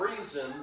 reason